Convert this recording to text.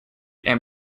and